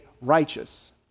righteous